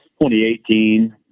2018